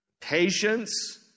patience